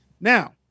Now